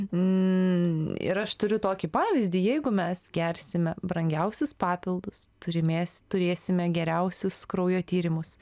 n ir aš turiu tokį pavyzdį jeigu mes gersime brangiausius papildus turimės turėsime geriausius kraujo tyrimus